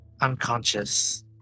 unconscious